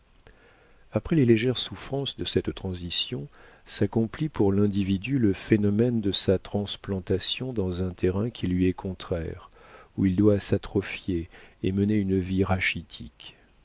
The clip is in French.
après les légères souffrances de cette transition s'accomplit pour l'individu le phénomène de sa transplantation dans un terrain qui lui est contraire où il doit s'atrophier et mener une vie rachitique